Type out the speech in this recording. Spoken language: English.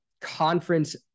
conference